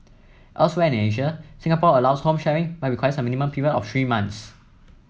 elsewhere in Asia Singapore allows home sharing but requires a minimum period of three months